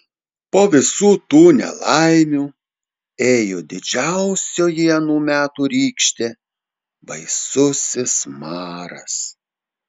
po visų tų nelaimių ėjo didžiausioji anų metų rykštė baisusis maras